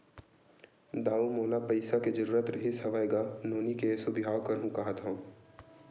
दाऊ मोला पइसा के जरुरत रिहिस हवय गा, नोनी के एसो बिहाव करहूँ काँहत हँव